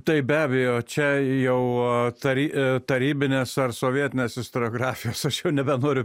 tai be abejo čia jau tary tarybinės ar sovietinės istoriografijos aš jau nebenoriu